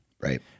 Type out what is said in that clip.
Right